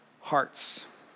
hearts